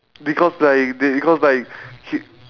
because like they because like he